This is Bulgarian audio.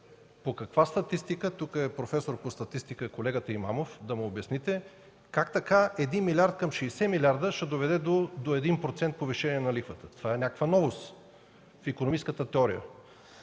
По каква статистика, тук професор по статистика е колегата Имамов, да му обясните как така един милиард към 60 милиарда ще доведе до 1% повишение на лихвата. Това е някаква новост в икономическата теория.